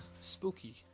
spooky